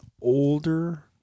older